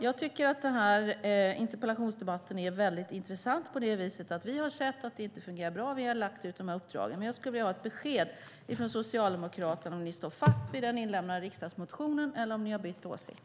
Jag tycker att den här interpellationsdebatten är mycket intressant på det viset att vi har sett att det inte fungerar bra och vi har lagt ut de här uppdragen. Jag skulle vilja ha ett besked från Socialdemokraterna om ni står fast vid den inlämnade riksdagsmotionen eller om ni har bytt åsikt.